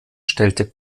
stellte